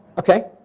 okay.